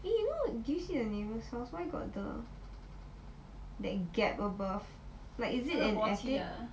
eh you know did you see the neighbour's house why got the that gap above like is it an exit